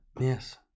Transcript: Yes